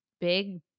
big